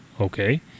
okay